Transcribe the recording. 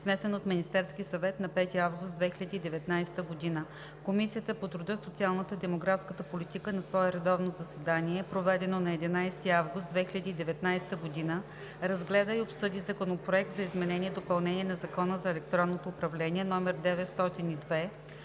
внесен от Министерския съвет на 5 август 2019 г. Комисията по труда, социалната и демографската политика на свое редовно заседание, проведено на 11 септември 2019 г., разгледа и обсъди Законопроект за изменение и допълнение на Закона за електронното управление, №